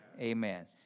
Amen